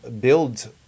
build